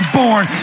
born